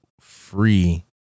free